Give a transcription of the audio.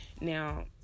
Now